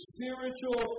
Spiritual